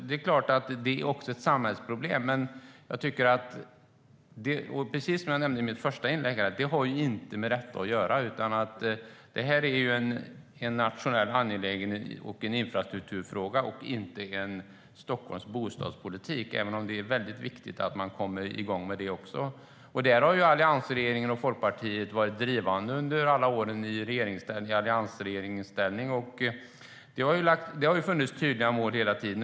Det är klart att det också är ett samhällsproblem. Men precis som jag nämnde i mitt första inlägg har det inte med detta att göra. Det här är en nationell angelägenhet och en infrastrukturfråga. Det är inte en fråga om Stockholms bostadspolitik, även om det är väldigt viktigt att man kommer igång med det också. Under alla åren i regeringsställning har allianspartierna och Folkpartiet varit drivande där. Det har funnits tydliga mål hela tiden.